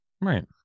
Right